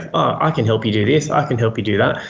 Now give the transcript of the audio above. i can help you do this, i can help you do that,